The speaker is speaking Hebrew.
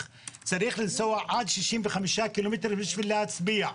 צריך לנסוע עד 65 ק"מ בשביל להצביע.